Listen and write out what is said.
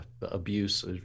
abuse